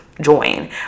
join